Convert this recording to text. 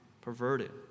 perverted